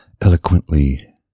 eloquently